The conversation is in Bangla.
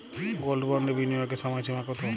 গোল্ড বন্ডে বিনিয়োগের সময়সীমা কতো?